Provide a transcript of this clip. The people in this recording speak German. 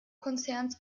konzerns